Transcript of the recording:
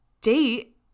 date